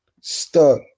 stuck